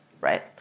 right